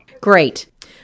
Great